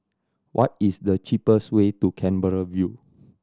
what is the cheapest way to Canberra View